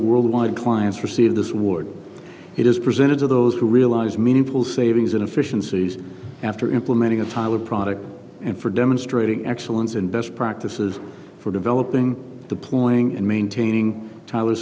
worldwide clients receive this award it is presented to those who realize meaningful savings in efficiencies after implementing a tiler product and for demonstrating excellence in best practices for developing the playing and maintaining tyler